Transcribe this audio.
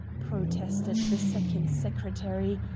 protested the second secretary,